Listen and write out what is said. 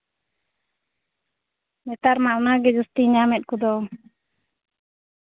ᱱᱮᱛᱟᱨ ᱢᱟ ᱚᱱᱟ ᱜᱮ ᱡᱟᱹᱥᱛᱤ ᱧᱟᱢᱮᱫ ᱠᱚᱫᱚ